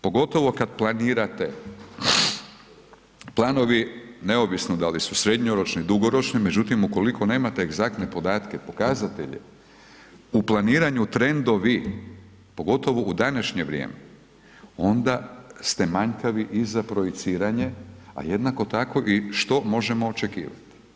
Pogotovo kad planirate, planovi, neovisno da li su srednjoročni, dugoročni, međutim, ukoliko nemate egzaktne podatke, pokazatelje, u planiranu, trendovi, pogotovo u današnje vrijeme, onda ste manjkavi i za projiciranje, a jednako tako i što možemo očekivati.